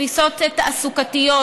תפיסות תעסוקתיות,